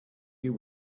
you